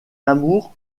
amour